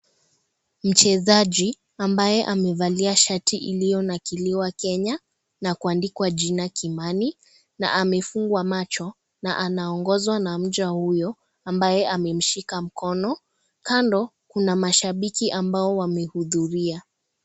Mchezaji ambaye amevalia shati iliyonakiliwa Kenya na kuandikwa jina Kimani na amefungwa macho na anaongozwa na mja huyo ambaye amemshika mkono, kando, kuna mashabiki ambao wamehudhuria.